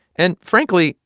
and frankly,